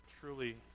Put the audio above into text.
truly